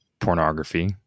pornography